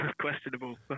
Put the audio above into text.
Questionable